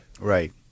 right